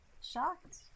shocked